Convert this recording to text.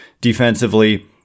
defensively